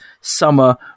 Summer